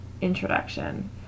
introduction